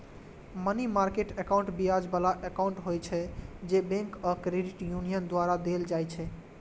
money market account ब्याज बला account होइ छै, जे बैंक आ क्रेडिट यूनियन द्वारा देल जाइ छै